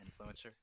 influencer